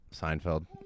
Seinfeld